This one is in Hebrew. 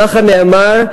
עליך נאמר,